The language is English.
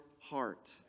heart